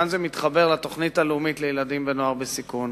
כאן זה מתחבר לתוכנית הלאומית לילדים ונוער בסיכון,